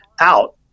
out